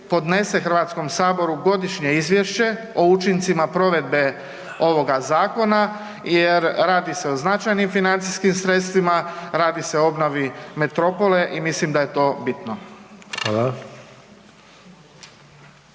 Hrvatskom saboru godišnje izvješće o učincima provedbe ovoga zakona jer radi se o značajnim financijskim sredstvima, radi se o obnovi metropole i mislim da je to bitno.